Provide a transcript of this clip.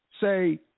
Say